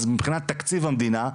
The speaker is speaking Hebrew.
אז מבחינת תקציב המדינה,